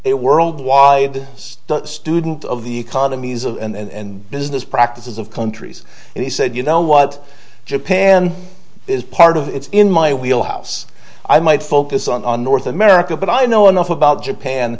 it worldwide is the student of the economies of and business practices of countries and he said you know what japan is part of it's in my wheel house i might focus on the north america but i know enough about japan